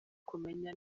kumenya